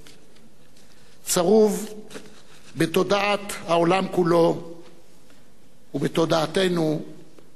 צרוב בתודעת העולם כולו ובתודעתנו אזרחי ישראל.